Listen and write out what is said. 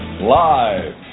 Live